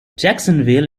jacksonville